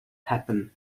happen